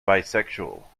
bisexual